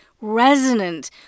resonant